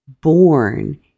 born